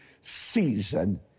season